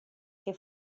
que